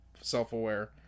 self-aware